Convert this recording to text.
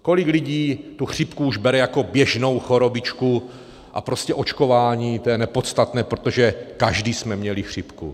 Kolik lidí tu chřipku už bere jako běžnou chorobičku a prostě očkování, to je nepodstatné, protože každý jsme měli chřipku?